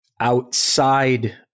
outside